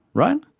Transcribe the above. right?